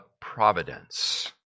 providence